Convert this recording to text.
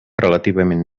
relativament